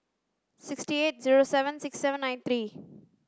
six eight zero seven six seven nine three